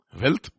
wealth